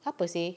apa seh